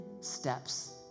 steps